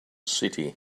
city